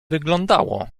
wyglądało